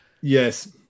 Yes